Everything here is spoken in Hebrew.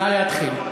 נא להתחיל.